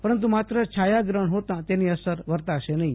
પરંતુ માત્ર છાયા ગ્રફણ જોતા તેની અસર વર્તાશે નહિ